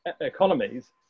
economies